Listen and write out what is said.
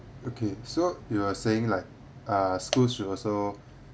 okay so you are saying like uh schools should also